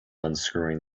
unscrewing